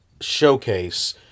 showcase